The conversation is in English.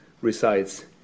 resides